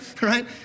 right